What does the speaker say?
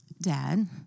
Dad